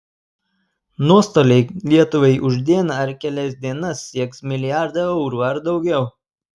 nuostoliai lietuvai už dieną ar kelias dienas sieks milijardą eurų ar daugiau